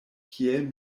kiel